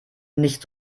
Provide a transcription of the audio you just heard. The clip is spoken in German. nicht